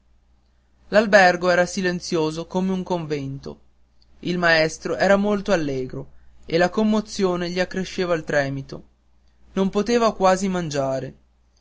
l'albergo era silenzioso come un convento il maestro era molto allegro e la commozione gli accresceva il tremito non poteva quasi mangiare